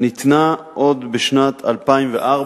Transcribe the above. ניתנה עוד בשנת 2004,